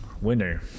winner